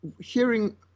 hearing